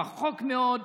רחוק מאוד,